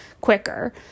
quicker